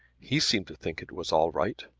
he seemed to think it was all right.